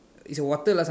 is a water lah